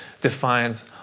defines